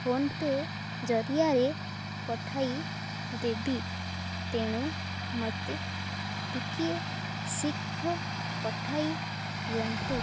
PhonePe ଜରିଆରେ ପଠାଇ ଦେବି ତେଣୁ ମୋତେ ଟିକେ ଶୀଘ୍ର ପଠାଇ ଦିଅନ୍ତୁ